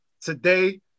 today